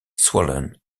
swollen